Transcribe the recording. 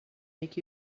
make